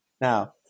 Now